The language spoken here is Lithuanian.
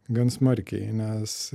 gan smarkiai nes